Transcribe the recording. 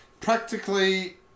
Practically